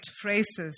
phrases